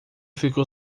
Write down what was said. ficou